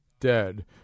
dead